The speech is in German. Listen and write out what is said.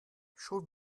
schon